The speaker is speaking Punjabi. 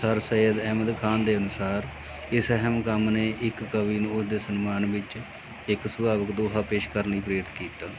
ਸਰ ਸੱਯਦ ਅਹਿਮਦ ਖਾਨ ਦੇ ਅਨੁਸਾਰ ਇਸ ਅਹਿਮ ਕੰਮ ਨੇ ਇੱਕ ਕਵੀ ਨੂੰ ਉਸ ਦੇ ਸਨਮਾਨ ਵਿੱਚ ਇੱਕ ਸੁਭਾਵਕ ਦੋਹਾ ਪੇਸ਼ ਕਰਨ ਲਈ ਪ੍ਰੇਰਿਤ ਕੀਤਾ